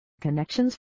connections